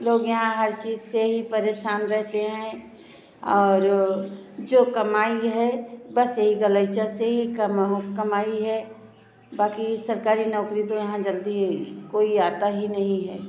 लोग यहाँ हर चीज से ही परेशान रहते हैं और जो कमाई है बस यही गलीचा से ही कमाई है बाकी सरकारी नौकरी तो यहाँ जल्दी कोई आता ही नहीं है